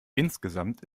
insgesamt